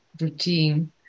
routine